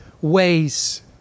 ways